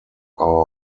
our